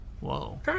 Whoa